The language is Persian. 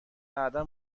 بعدا